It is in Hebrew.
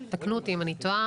תקנו אותי אם אני טועה,